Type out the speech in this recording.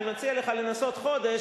אני מציע לך לנסות חודש,